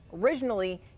Originally